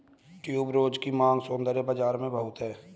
tuberose की मांग सौंदर्य बाज़ार में बहुत है